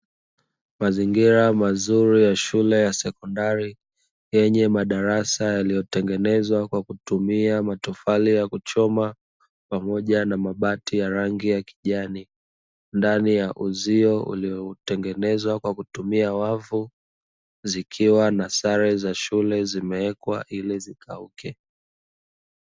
Mazingira mazuri ya shule ya sekondari yenye madarasa yaliyotengenezwa kwa kutumia matofali ya kuchoma pamoja na mabati ya rangi ya kijani, ndani ya uzio uliotengenezwa kwa kutumia wavu zikiwa na sare za shule zimewekwa ili zikauke.